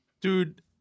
dude